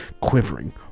quivering